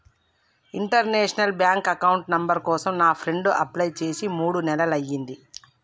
international bank account number కోసం నా friend apply చేసి మూడు నెలలయ్యింది